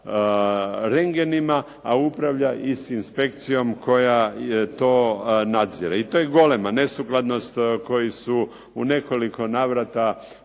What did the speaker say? rengenima, a upravlja i sa inspekcijom koja to nadzire. I to je golema nesukladnost koji su u nekoliko navrata